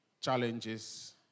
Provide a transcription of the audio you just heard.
challenges